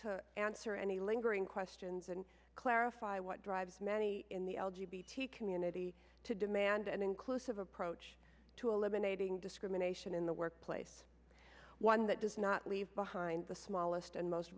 to answer any lingering questions and clarify what drives many in the l g b t community to demand an inclusive approach to eliminating discrimination in the workplace one that does not leave behind the smallest and most